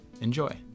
Enjoy